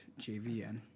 JVN